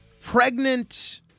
pregnant